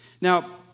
Now